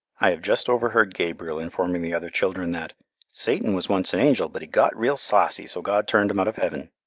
i have just overheard gabriel informing the other children that satan was once an angel, but he got real saucy, so god turned him out of heaven.